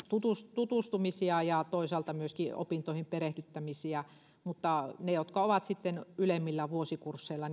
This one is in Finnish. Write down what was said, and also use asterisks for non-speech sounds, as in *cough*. tutustumisia ja toisaalta myöskin opintoihin perehdyttämisiä mutta niiden kohdalta jotka ovat ylemmillä vuosikursseilla *unintelligible*